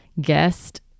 guest